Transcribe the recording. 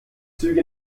züge